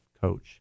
coach